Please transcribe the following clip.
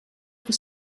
que